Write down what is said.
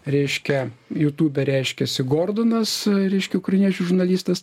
reiškia jūtūbe reiškiasi gordonas reiškia ukrainieičių žurnalistas